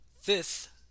fifth